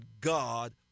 God